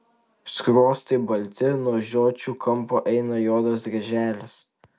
skruostai balti nuo žiočių kampo eina juodas dryželis